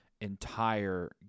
entire